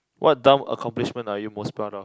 what dumb accomplishment are you most proud of